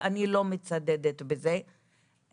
ואני לא מצדדת בזה,